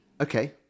okay